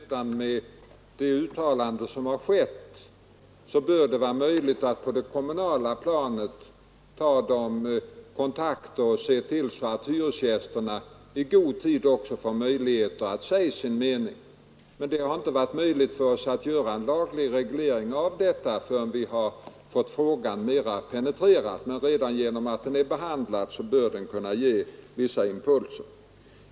Fru talman! Jag föreställer mig att det redan med de uttalanden som har gjorts bör vara möjligt att ta kontakter på det kommunala planet och se till att hyresgästerna i god tid också får tillfälle att säga sin mening. Det har inte varit möjligt för oss att göra en laglig reglering av detta förrän vi har fått frågan mera penetrerad, men redan detta att den är behandlad bör kunna ge vissa impulser.